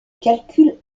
calcul